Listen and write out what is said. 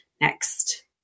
next